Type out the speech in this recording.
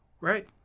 right